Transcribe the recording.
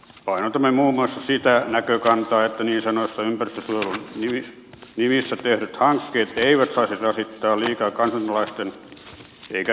painotamme muun muassa sitä näkökantaa että niin sanotun ympäristönsuojelun nimissä tehdyt hankkeet eivät saisi rasittaa liikaa kansalaisten eikä yritysten taloutta